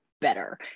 better